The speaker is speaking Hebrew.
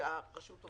שהיא עוברת.